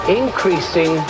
increasing